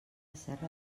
serra